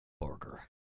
Burger